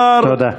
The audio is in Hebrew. תודה.